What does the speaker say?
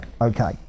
okay